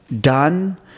done